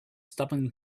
stubborn